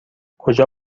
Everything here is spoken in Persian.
کجا